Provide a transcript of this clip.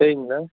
சரிங்க மேடம்